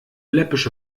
läppische